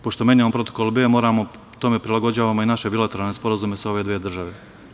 Pošto menjamo protokol B, tome prilagođavamo i naše bilateralne sporazume sa ove dve države.